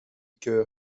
coeur